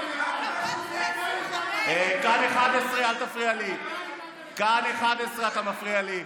הייתי מס' 30. הייתי מס' 30. את משוריינת.